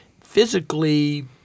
physically